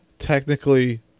technically